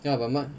ya but mine